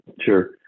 sure